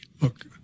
Look